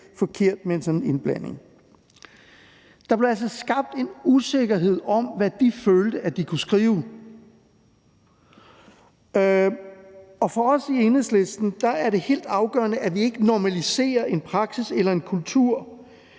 forkert med en sådan indblanding. Der blev altså skabt en usikkerhed om, hvad de følte de kunne skrive. Og for os i Enhedslisten er det helt afgørende, at vi ikke normaliserer en praksis eller en kultur,